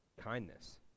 kindness